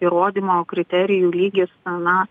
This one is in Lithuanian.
įrodymo kriterijų lygis a na